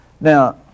Now